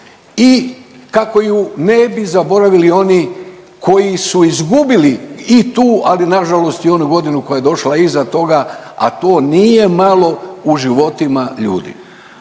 i kako ju ne bi zaboravili oni koji su izgubili i tu, ali na žalost i onu godinu koja je došla iza toga, a to nije malo u životima ljudi.